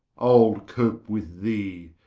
ile cope with thee,